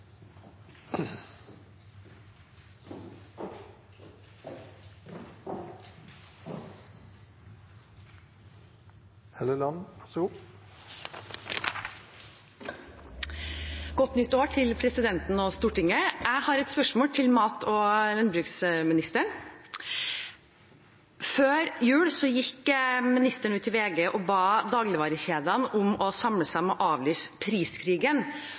Godt nytt år til presidenten og Stortinget! Jeg har et spørsmål til landbruks- og matministeren. Før jul gikk ministeren ut i VG og ba dagligvarekjedene samle seg om å